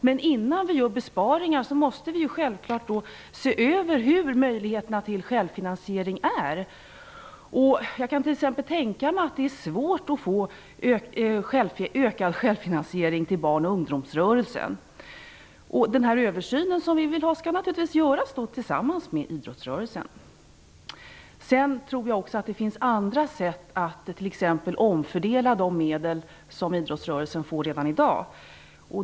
Men innan vi gör besparingar måste vi självfallet se över möjligheterna till självfinansiering. Jag kan t.ex. tänka mig att det är svårt att få ökad självfinansiering när det gäller barn och ungdomsrörelsen. Den översyn som vi vill ha skall naturligtvis göras tillsammans med idrottsrörelsen. Sedan tror jag också att det finns andra sätt att t.ex. omfördela de medel som idrottsrörelsen får redan i dag.